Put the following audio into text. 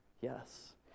yes